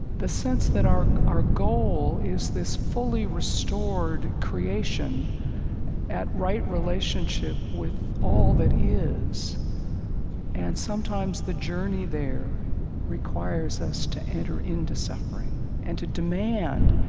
the sense that our our goal is this fully restored creation at right relationship with all that is and sometimes the journey there requires us to enter into suffering and to demand,